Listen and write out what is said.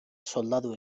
soldadu